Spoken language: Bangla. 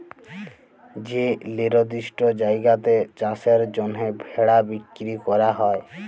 যে লিরদিষ্ট জায়গাতে চাষের জ্যনহে ভেড়া বিক্কিরি ক্যরা হ্যয়